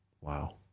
Wow